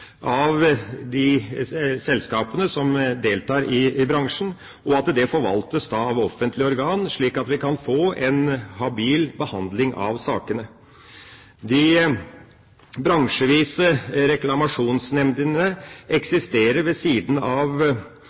av de selskapene som deltar i bransjen, og at det forvaltes av offentlige organ, slik at vi kan få en habil behandling av sakene. De bransjevise reklamasjonsnemndene eksisterer ved siden av,